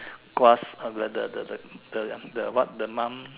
grass the the the the the the the what the monk